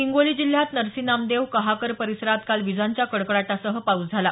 हिंगोली जिल्ह्यात नरसी नामदेव कहाकर परिसरात काल विजांच्या कडकडाटासह पाऊस झाला